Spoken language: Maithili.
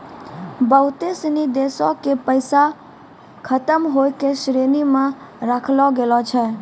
बहुते सिनी देशो के पैसा के खतम होय के श्रेणी मे राखलो गेलो छै